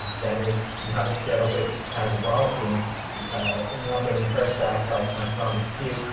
that is, you have a show which has a rollicking ah number in the first act, like my strongest suit,